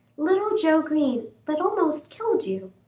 little joe green, that almost killed you?